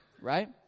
right